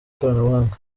ikoranabuhanga